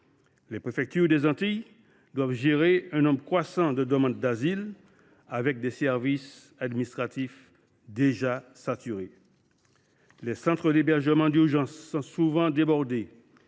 Les préfectures des Antilles doivent gérer un nombre croissant de demandes d’asile, alors même que leurs services administratifs sont déjà saturés. Les centres d’hébergement d’urgence se trouvent souvent débordés